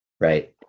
Right